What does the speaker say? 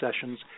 sessions –